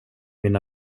mina